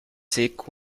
sick